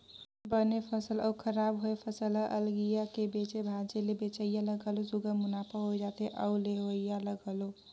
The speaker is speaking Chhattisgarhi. बने फसल अउ खराब होए फसल ल अलगिया के बेचे भांजे ले बेंचइया ल घलो सुग्घर मुनाफा होए जाथे अउ लेहोइया ल घलो